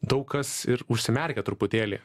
daug kas ir užsimerkia truputėlį